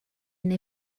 neu